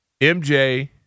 MJ